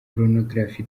porunogarafi